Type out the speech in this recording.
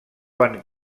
van